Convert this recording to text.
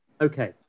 Okay